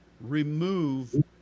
remove